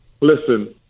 listen